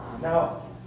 now